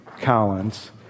Collins